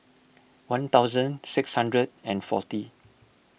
one thousand six hundred and forty